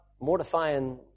mortifying